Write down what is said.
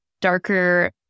darker